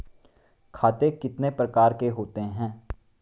खाते कितने प्रकार के होते हैं?